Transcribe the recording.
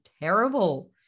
terrible